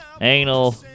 anal